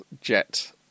jet